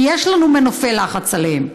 כי יש לנו מנופי לחץ עליהם.